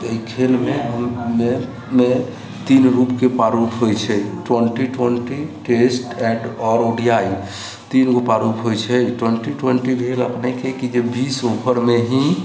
एहि खेलमे तीन रूपके प्रारूप होइत छै twenty twenty test O D I तीन गो प्रारूप होइत छै ट्वेंटी ट्वेंटी भेल अपनेके जी बीस ओवरमे ही